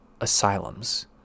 asylums